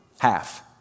half